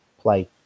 play